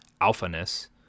alphaness